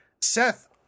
Seth